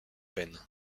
peine